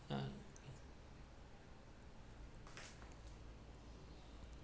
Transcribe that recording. uh